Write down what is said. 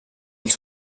els